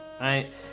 right